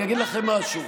את המסרים